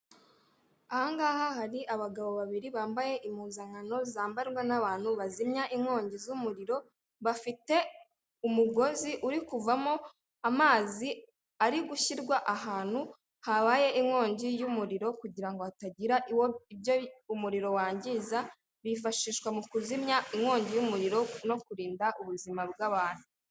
Aha ngaha hari abagabo babiri bambaye impuzankano zambarwa n'abantu bazimya inkongi z'umuriro, bafite umugozi uri kuvamo amazi, ari gushyirwa ahantu habaye inkongi y'umuriro kugira ngo hatagira ibyo umuriro wangiza, bifashishwa mu kuzimya inkongi y'umuriro no kurinda ubuzima bw'abantu.